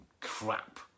crap